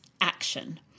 action